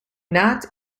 not